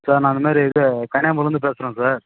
sir நாங்கள் இந்தமாதிரி இது கனியாமூர்லேருந்து பேசுகிறோம் சார்